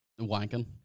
wanking